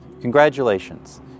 Congratulations